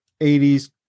80s